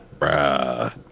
Bruh